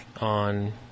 on